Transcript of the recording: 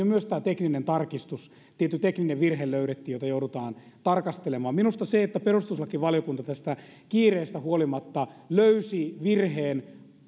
myös teknisessä tarkistuksessa tämä tietty tekninen virhe löydettiin jota joudutaan tarkastelemaan minusta se että perustuslakivaliokunta tästä kiireestä huolimatta löysi virheen